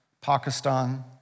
Pakistan